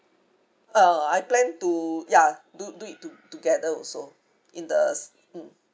uh I plan to ya do do it to together also in the mm